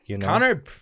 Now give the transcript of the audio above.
Connor